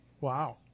Wow